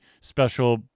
special